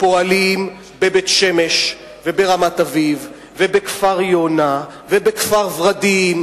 פועלים בבית-שמש וברמת-אביב ובכפר-יונה ובכפר-ורדים,